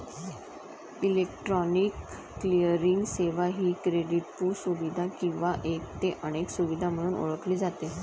electronic clearing सेवा ही क्रेडिटपू सुविधा किंवा एक ते अनेक सुविधा म्हणून ओळखली जाते